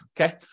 Okay